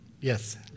Yes